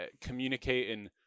communicating